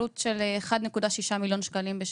עלות של 1.6 מיליון שקלים בשנה.